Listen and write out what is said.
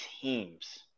teams